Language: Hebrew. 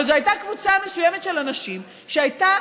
אבל זו הייתה קבוצה מסוימת של אנשים שהייתה